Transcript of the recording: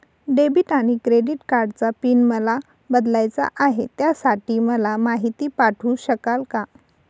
Debit आणि credit कार्डचा PIN मला बदलायचा आहे, त्यासाठी मला माहिती पाठवू शकाल का?